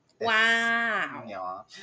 Wow